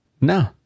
No